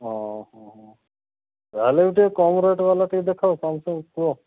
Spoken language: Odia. ହଁ ଯାହେଲେ ବି କମ୍ ରେଟ୍ ବାଲା ଟିକେ ଦେଖ କଣ କେମିତି କୁହ